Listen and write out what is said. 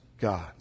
God